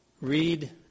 read